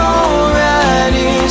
already